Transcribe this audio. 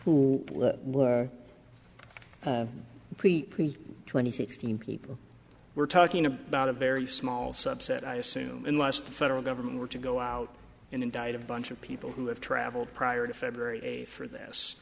who were prepared twenty thousand people we're talking about a very small subset i assume unless the federal government were to go out and indict a bunch of people who have travelled prior to february for this